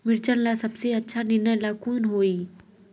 मिर्चन ला सबसे अच्छा निर्णय ला कुन होई?